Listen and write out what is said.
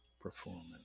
performance